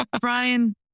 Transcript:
Brian